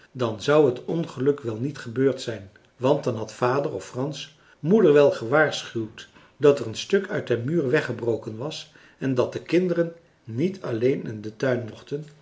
dan zou het ongeluk wel niet gebeurd zijn want dan had vader of frans moeder wel gewaarschuwd dat er een stuk uit den muur weggebroken was en dat de kinderen niet alleen in den tuin mochten